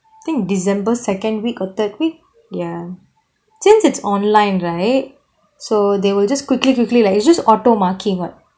I think december second week or third week ya since it's online right so they will just quickly quickly like it's just auto marking [what]